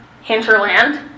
hinterland